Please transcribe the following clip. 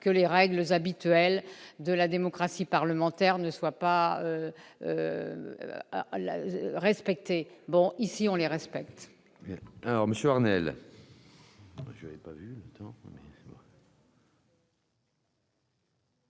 que les règles habituelles de la démocratie parlementaire ne soient pas respectées. Au Sénat, nous les respectons